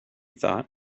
thought